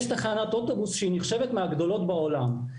יש תחנת אוטובוס שנחשבת מהגדולות בעולם?